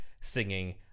singing